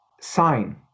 sign